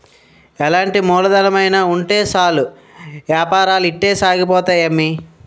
ఎలాంటి మూలధనమైన ఉంటే సాలు ఏపారాలు ఇట్టే సాగిపోతాయి అమ్మి